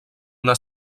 una